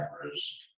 cameras